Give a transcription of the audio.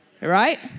right